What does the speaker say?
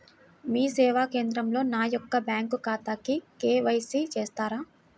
మీ సేవా కేంద్రంలో నా యొక్క బ్యాంకు ఖాతాకి కే.వై.సి చేస్తారా?